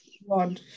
one